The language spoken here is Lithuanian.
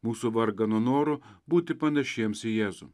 mūsų vargano noro būti panašiems į jėzų